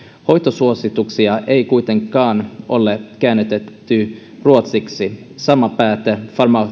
hoitosuosituksia ei kuitenkaan ole käännätetty ruotsiksi sama pätee